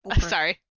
sorry